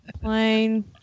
plane